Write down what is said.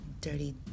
Dirty